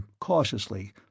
cautiously